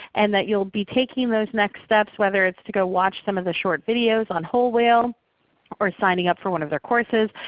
and that you'll be taking those next steps, whether it's to go watch some of the short videos on whole whale or signing up for one of their courses,